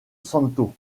santo